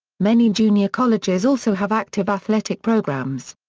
many junior colleges also have active athletic programs.